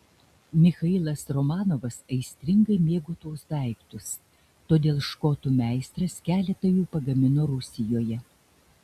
michailas romanovas aistringai mėgo tuos daiktus todėl škotų meistras keletą jų pagamino rusijoje